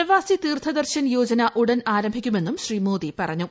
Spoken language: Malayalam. പ്രവാസി തീർത്ഥ ദർശൻ യോജന ഉടൻ ആരംഭിക്കുമെന്നും ശ്രീമോദി പറഞ്ഞു